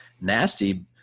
nasty